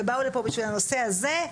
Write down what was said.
ובאו לפה בשביל הנושא הזה.